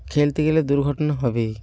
খেলতে গেলে দুর্ঘটনা হবেই